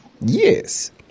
Yes